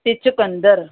ਅਤੇ ਚੁਕੰਦਰ